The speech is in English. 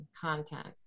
content